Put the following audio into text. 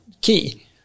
key